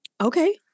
okay